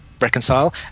reconcile